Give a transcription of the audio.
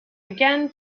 again